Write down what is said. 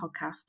podcast